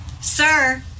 Sir